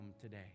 today